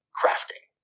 crafting